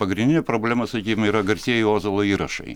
pagrindinė problema sakykim yra garsieji ozolo įrašai